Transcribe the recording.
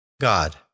God